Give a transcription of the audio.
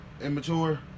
Immature